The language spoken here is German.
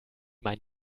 meinen